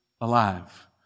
alive